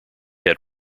had